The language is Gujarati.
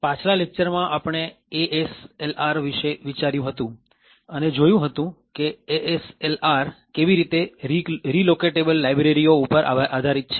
પાછલા લેક્ચરમાં આપણે ASLR વિશે વિચાર્યું હતું અને જોયું હતું કે ASLR કેવી રીતે રીલોકેટેબલ લાયબ્રેરી ઓ ઉપર આધારિત છે